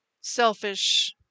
selfish